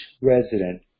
resident